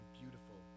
beautiful